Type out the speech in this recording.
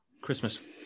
Christmas